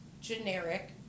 generic